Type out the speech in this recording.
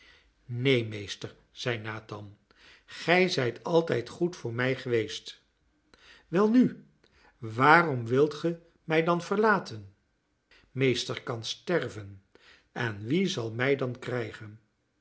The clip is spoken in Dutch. meester zeide nathan gij zijt altijd goed voor mij geweest welnu waarom wilt ge mij dan verlaten meester kan sterven en wie zal mij dan krijgen